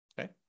Okay